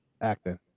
acting